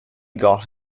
got